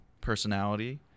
personality